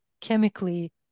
chemically